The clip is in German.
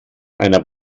einer